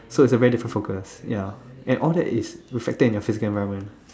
so it's a very different focus ya and all that it's reflected in your physical environment